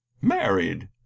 married